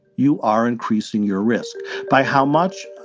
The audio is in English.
you are increasing your risk by how much?